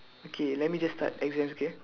okay let me just start exams okay